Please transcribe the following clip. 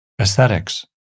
Aesthetics